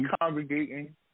congregating